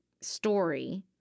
story